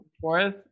Fourth